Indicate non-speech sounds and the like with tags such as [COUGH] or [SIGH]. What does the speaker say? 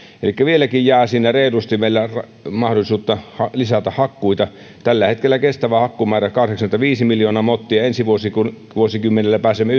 elikkä vieläkin sinne jää reilusti mahdollisuutta lisätä hakkuita tällä hetkellä kestävä hakkuumäärä on kahdeksankymmentäviisi miljoonaa mottia ensi vuosikymmenellä pääsemme [UNINTELLIGIBLE]